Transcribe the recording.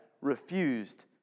refused